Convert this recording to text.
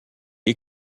est